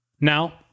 now